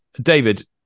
David